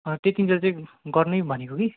त्यतिन्जेल चाहिँ गर्नै भनेको कि